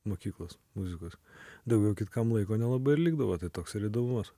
mokyklos muzikos daugiau kitkam laiko nelabai ir likdavo tai toks ir įdomumas